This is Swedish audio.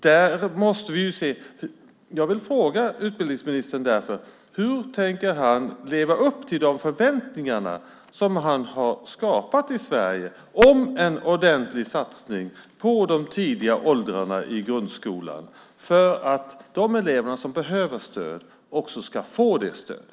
Jag vill därför fråga utbildningsministern: Hur tänker han leva upp till de förväntningar som han har skapat i Sverige om en ordentlig satsning på de tidiga åldrarna i grundskolan, så att de elever som behöver stöd också ska få det stödet?